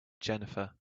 jennifer